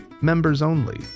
members-only